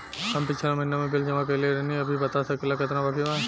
हम पिछला महीना में बिल जमा कइले रनि अभी बता सकेला केतना बाकि बा?